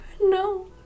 No